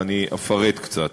ואני אפרט קצת.